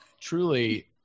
truly